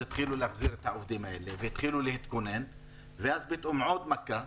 הם החזירו את העובדים והתחילו להתכונן ואז פתאום עוד מכה.